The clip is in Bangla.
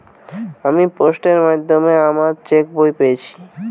আমি পোস্টের মাধ্যমে আমার চেক বই পেয়েছি